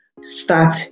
start